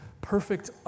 perfect